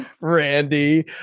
Randy